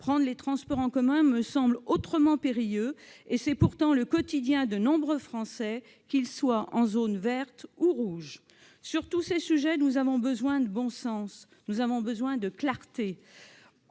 Prendre les transports en commun me semble autrement périlleux ; pourtant, c'est le quotidien de nombreux Français, qu'ils soient en zone verte ou en zone rouge. Sur tous ces sujets, nous avons besoin de bon sens, de clarté.